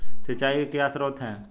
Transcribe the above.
सिंचाई के क्या स्रोत हैं?